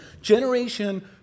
generation